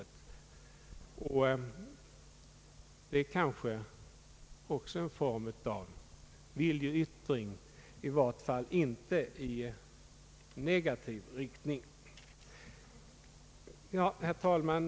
Det är kanske också fråga om en form av viljeyttring i vart fall inte i negativ riktning. Herr talman!